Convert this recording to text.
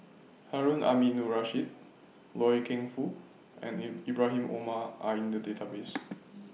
Harun Aminurrashid Loy Keng Foo and Ibrahim Omar Are in The Database